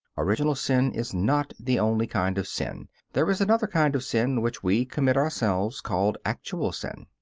original sin is not the only kind of sin there is another kind of sin, which we commit ourselves, called actual sin.